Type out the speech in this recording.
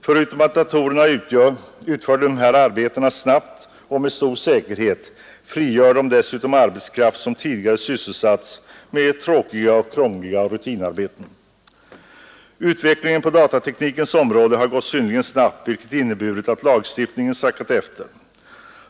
Förutom att datorerna utför dessa arbeten snabbt och med stor säkerhet frigör de arbetskraft som tidigare sysselsatts med tråkiga och krångliga rutinarbeten. Utvecklingen på datateknikens område har gått synnerligen snabbt, vilket inneburit att lagstiftningen sackat efter.